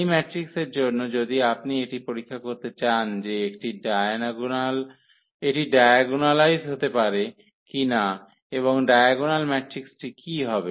এই ম্যাট্রিক্সের জন্য যদি আপনি এটি পরীক্ষা করতে চান যে এটি ডায়াগোনালাইজ হতে পারে কিনা এবং ডায়াগোনাল ম্যাট্রিক্সটি কী হবে